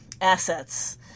assets